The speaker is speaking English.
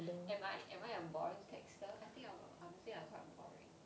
am I am I a boring texter I think I'm I don't think I'm quite boring